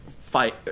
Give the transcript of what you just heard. fight